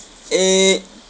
eh